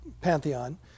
pantheon